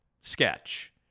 sketch